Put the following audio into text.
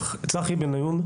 צחי בן עיון,